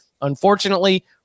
Unfortunately